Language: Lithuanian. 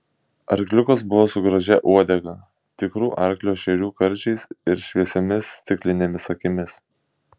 arkliukas buvo su gražia uodega tikrų arklio šerių karčiais ir šviesiomis stiklinėmis akimis